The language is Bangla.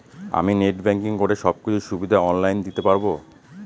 আমি নেট ব্যাংকিং করে সব কিছু সুবিধা অন লাইন দিতে পারবো?